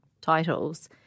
titles